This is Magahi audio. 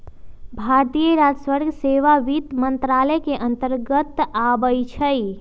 भारतीय राजस्व सेवा वित्त मंत्रालय के अंतर्गत आबइ छै